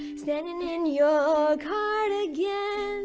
standing in your cardigan